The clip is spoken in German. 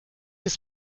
ist